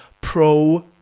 pro